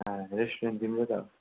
restaurant तिम्रो त हो